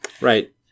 Right